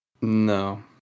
No